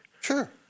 Sure